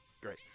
Great